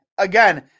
Again